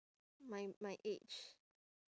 my my age